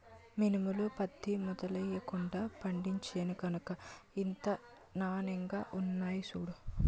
మినుములు, పత్తి మందులెయ్యకుండా పండించేను గనకే ఇంత నానెంగా ఉన్నాయ్ సూడూ